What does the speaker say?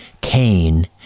Cain